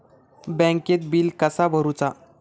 बँकेत बिल कसा भरुचा?